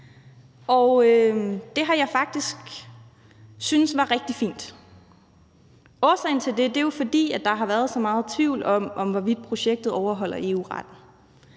det har jeg faktisk syntes var rigtig fint. Årsagen til det er jo, at der har været så meget tvivl om, hvorvidt projektet overholder EU-retten,